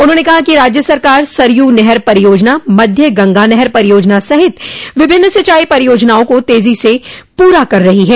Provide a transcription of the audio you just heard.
उन्होंने कहा कि राज्य सरकार सरयू नहर परियोजना मध्य गंगा नहर परियोजना सहित विभिन्न सिंचाई परियोजनाओं को तेजी से पूरा कराया जा रहा है